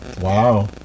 Wow